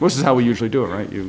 this is how we usually do it right you